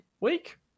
week